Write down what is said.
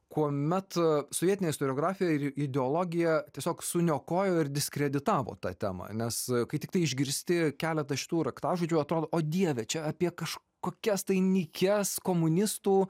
kuomet sovietinė istoriografija ir ideologija tiesiog suniokojo ir diskreditavo tą temą nes kai tiktai išgirsti keletą šitų raktažodžių atrodo o dieve čia apie kažkokias tai nykias komunistų